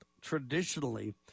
traditionally